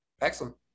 Excellent